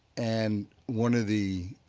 and one of the